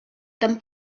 tan